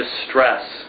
distress